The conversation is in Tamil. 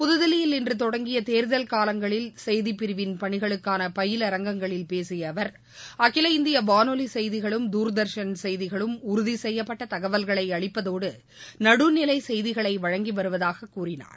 புதுதில்லியில் இன்று தொடங்கிய தேர்தல் காலங்களில் செய்திப்பிரிவின் பணிகளுக்கான பயிலரங்களில் பேசிய அவர் அகில இந்திய வானொலி செய்திகளும் தூர்தர்ஷன் செய்திகளும் உறுதிசெய்யப்பட்ட தகவல்களை அளிப்பதுடன் நடுநிலை செய்திகளை வழங்கி வருவதாக கூறினார்